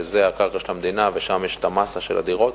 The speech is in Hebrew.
שזה הקרקע של המדינה ושם יש המאסה של הדירות,